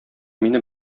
мине